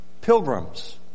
pilgrims